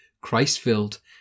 Christ-filled